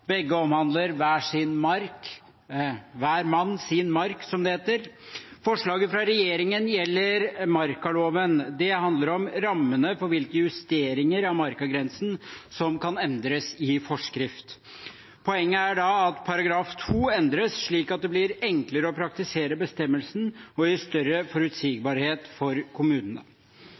Begge omhandler hver sin mark – hver mann sin mark, som det heter. Proposisjonen fra regjeringen gjelder markaloven. Det handler om rammene for hvilke justeringer av markagrensen som kan endres i forskrift. Poenget er at § 2 endres, slik at det blir enklere å praktisere bestemmelsen og gi større forutsigbarhet for kommunene.